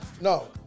no